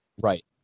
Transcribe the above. Right